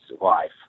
life